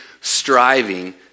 striving